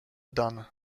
dan